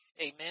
Amen